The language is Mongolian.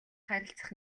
харилцах